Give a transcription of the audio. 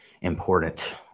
important